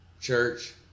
church